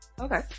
Okay